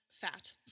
Fat